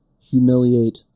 humiliate